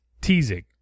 teasing